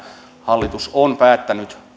hallitus on päättänyt